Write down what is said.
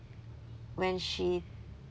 when she